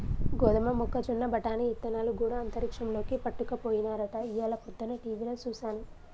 గోదమ మొక్కజొన్న బఠానీ ఇత్తనాలు గూడా అంతరిక్షంలోకి పట్టుకపోయినారట ఇయ్యాల పొద్దన టీవిలో సూసాను